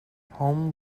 home